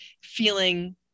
feeling